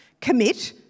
commit